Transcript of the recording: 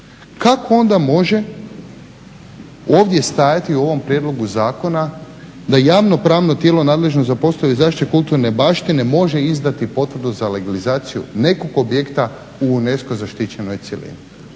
kako onda može ovdje stajati u ovom prijedlogu zakona da javno pravno tijelo nadležno za poslove zaštite kulturne baštine može izdati potvrdu za legalizaciju nekog objekta u UNESCO zaštićenoj cjelini?